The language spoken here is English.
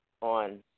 on